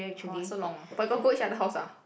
!whoa! so long but got go each other house ah